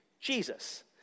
Jesus